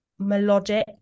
melodic